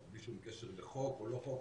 בלי שום קשר לחוק או לא חוק,